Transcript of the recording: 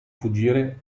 fuggire